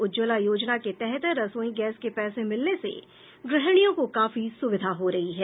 उज्ज्वला योजना के तहत रसोई गैस के पैसे मिलने से गृहिणियों को काफी सुविधा हो रही है